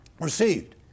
received